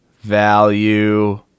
value